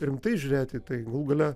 rimtai žiūrėti tai galų gale